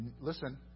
Listen